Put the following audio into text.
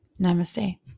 Namaste